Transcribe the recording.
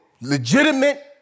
legitimate